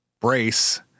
Brace